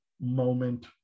moment